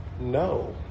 no